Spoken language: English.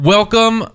Welcome